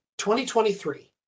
2023